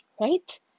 Right